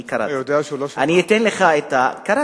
אני קראתי את זה.